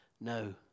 No